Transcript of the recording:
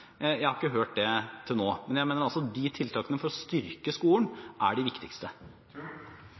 jeg har ikke hørt det til nå – men jeg mener altså at de tiltakene for å styrke skolen, er de viktigste.